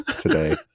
today